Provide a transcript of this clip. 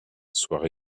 soient